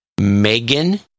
Megan